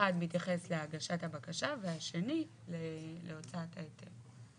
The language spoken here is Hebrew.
אחד מתייחס להגשת הבקשה והשני להוצאת ההיתר.